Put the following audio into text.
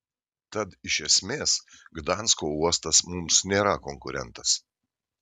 tad iš esmės gdansko uostas mums nėra konkurentas